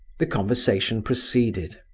the conversation proceeded.